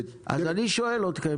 אז אני שואל אתכם